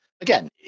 again